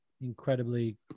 incredibly